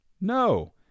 No